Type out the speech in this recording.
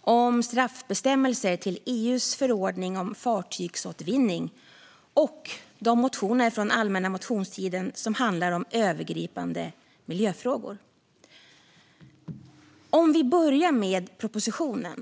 om straffbestämmelser till EU:s förordning om fartygsåtervinning och de motioner från allmänna motionstiden som handlar om övergripande miljöfrågor. Vi kan börja med propositionen.